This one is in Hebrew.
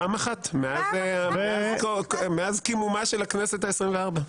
פעם אחת מאז כינונה של הכנסת ה-24.